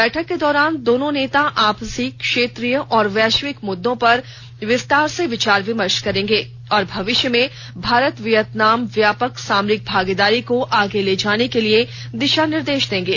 बैठक के दौरान दोनों नेता आपसी क्षेत्रीय और वैश्विक मुद्दों पर विस्तार से विचार विमर्श करेंगे और भविष्य में भारत वियतनाम व्यापक सामरिक भागीदारी को आगे ले जाने के लिए दिशा निर्देश देंगे